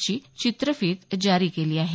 ची चित्रफित जारी केली आहे